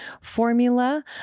formula